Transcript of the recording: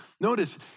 Notice